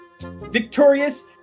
victorious